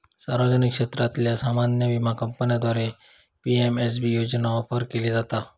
सार्वजनिक क्षेत्रातल्यो सामान्य विमा कंपन्यांद्वारा पी.एम.एस.बी योजना ऑफर केली जाता